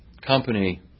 company